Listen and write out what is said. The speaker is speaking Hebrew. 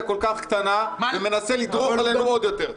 כל כך קטנה ומנסה לדרוך עלינו עוד יותר.